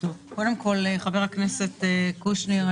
חבר הכנסת קושניר,